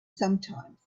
sometimes